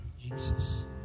Jesus